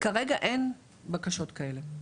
כרגע, אין בקשות כאלה.